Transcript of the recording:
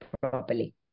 properly